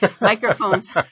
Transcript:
Microphones